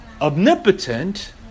omnipotent